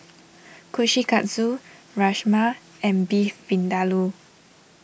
Kushikatsu Rajma and Beef Vindaloo